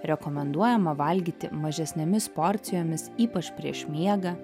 rekomenduojama valgyti mažesnėmis porcijomis ypač prieš miegą